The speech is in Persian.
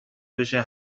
بشه